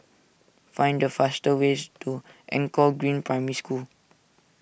find the faster ways to Anchor Green Primary School